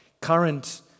current